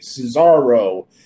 Cesaro